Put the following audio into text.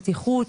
בטיחות,